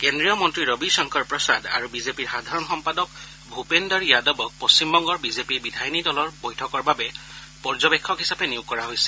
কেন্দ্ৰীয় মন্ত্ৰী ৰবি শংকৰ প্ৰসাদ আৰু বিজেপিৰ সাধাৰণ সম্পাদক ভূপেন্দ্ৰৰ যাদবক পশ্চিমবংগৰ বিজেপিৰ বিধায়িনী দলৰ বৈঠকৰ বাবে পৰ্যবেক্ষক হিচাপে নিয়োগ কৰা হৈছে